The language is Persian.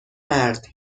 مرد